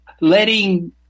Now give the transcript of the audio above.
letting